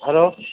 hello